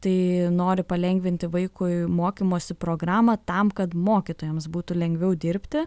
tai nori palengvinti vaikui mokymosi programą tam kad mokytojams būtų lengviau dirbti